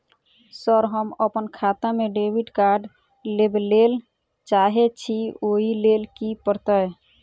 Sir हम अप्पन खाता मे डेबिट कार्ड लेबलेल चाहे छी ओई लेल की परतै?